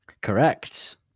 Correct